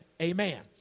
amen